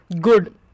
good